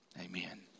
Amen